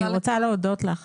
ואני רוצה להודות לך